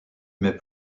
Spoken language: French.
mais